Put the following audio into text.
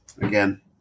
again